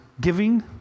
giving